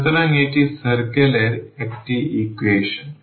সুতরাং এটি circle এর একটি ইকুয়েশন